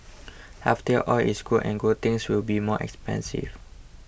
healthier oil is good and good things will be more expensive